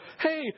hey